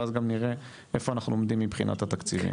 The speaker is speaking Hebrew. ואחר כך אנחנו נראה איפה אנחנו עומדים מבחינת התקציבים.